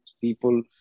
people